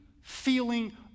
feeling